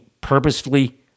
purposefully